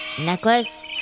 Necklace